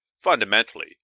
fundamentally